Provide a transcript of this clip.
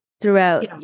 throughout